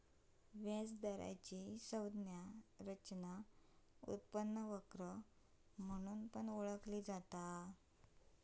व्याज दराचा संज्ञा रचना उत्पन्न वक्र म्हणून ओळखला जाता